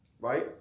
right